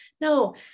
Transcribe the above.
no